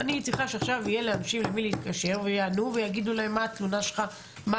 אני צריכה שעכשיו יהיה לאנשים למי להתקשר ויענו להם ויטפלו בקבילה שלהם.